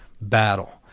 battle